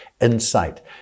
insight